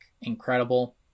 incredible